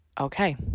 okay